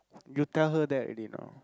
you tell her that already or not